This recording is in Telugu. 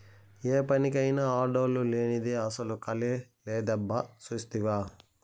ఏ పనికైనా ఆడోల్లు లేనిదే అసల కళే లేదబ్బా సూస్తివా